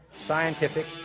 scientific